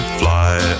fly